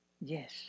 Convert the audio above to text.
Yes